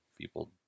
people